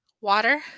Water